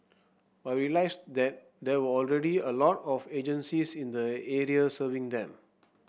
but we realised that there were already a lot of agencies in the area serving them